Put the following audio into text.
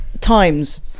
times